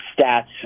stats